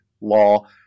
law